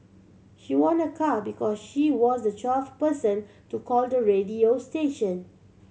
she won a car because she was the twelfth person to call the radio station